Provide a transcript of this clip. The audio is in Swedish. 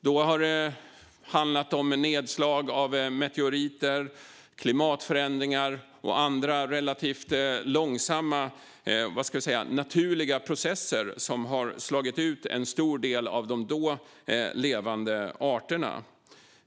Då har det handlat om nedslag av meteoriter, klimatförändringar och andra relativt långsamma naturliga processer som har slagit ut en stor del av de då levande arterna.